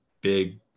big